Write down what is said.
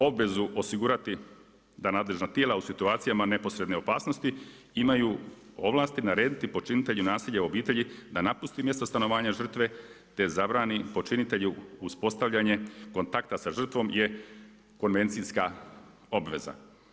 Obvezu osigurati da nadležna tijela u situacijama neposredne opasnosti imaju ovlasti narediti počinitelju nasilja u obitelji da napusti mjesto stanovanja žrtve te zabrani počinitelju uspostavljanje kontakta sa žrtvom je konvencijska obveza.